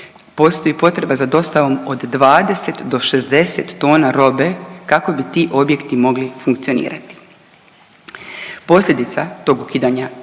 postoji potreba za dostavom od 20 do 60 tona robe, kako bi ti objekti mogli funkcionirati. Posljedica tog ukidanja